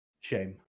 Shame